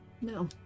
No